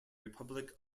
republic